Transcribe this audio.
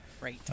Right